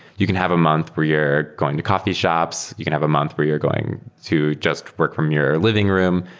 you can have a month where you're going to coffee shops. you can have a month where you're going to just work from your living room.